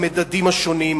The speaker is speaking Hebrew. המדדים השונים,